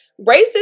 Racist